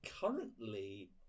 currently